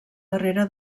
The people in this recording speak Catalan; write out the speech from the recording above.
darrere